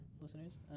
listeners